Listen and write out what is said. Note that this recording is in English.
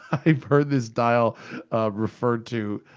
i've heard this dial referred to,